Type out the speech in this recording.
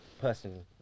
personally